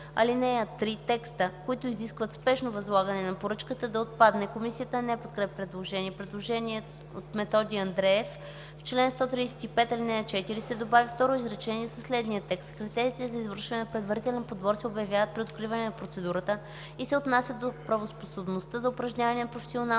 ал. 3 текстът „които изискват спешно възлагане на поръчка” да отпадне. Комисията не подкрепя предложението. Предложение от Методи Андреев: „В чл. 135, ал. 4 се добавя второ изречение със следния текст: „Критериите за извършване на предварителен подбор се обявяват при откриване на процедурата и се отнасят до правоспособността за упражняване на професионална